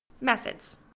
Methods